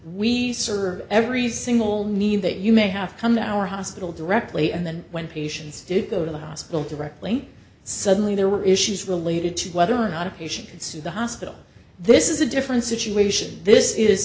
we serve every single need that you may have come to our hospital directly and then when patients do go to the hospital directly suddenly there were issues related to whether or not a patient can sue the hospital this is a different situation this is